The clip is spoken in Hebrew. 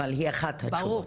אבל היא אחת התשובות,